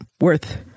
worth